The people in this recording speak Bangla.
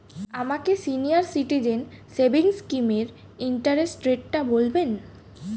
আমাকে সিনিয়র সিটিজেন সেভিংস স্কিমের ইন্টারেস্ট রেটটা বলবেন